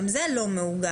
גם זה לא מעוגן,